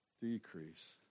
decrease